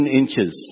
inches